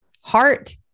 heart